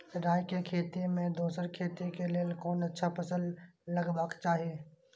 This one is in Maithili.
राय के खेती मे दोसर खेती के लेल कोन अच्छा फसल लगवाक चाहिँ?